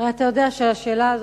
הרי אתה יודע שעל השאלה הזאת,